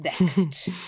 next